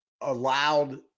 allowed